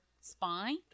spine